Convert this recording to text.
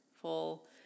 full